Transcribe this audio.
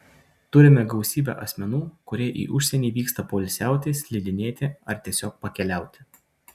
turime gausybę asmenų kurie į užsienį vyksta poilsiauti slidinėti ar tiesiog pakeliauti